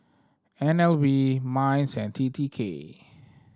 N L B MINDS and T T K